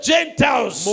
Gentiles